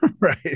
Right